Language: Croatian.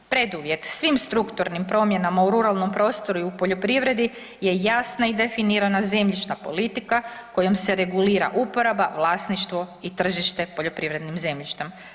Preduvjet svim strukturnim promjenama u ruralnom prostoru i poljoprivredi je jesna i definirana zemljišna politika kojom se regulira uporaba, vlasništvo i tržište poljoprivrednim zemljištem.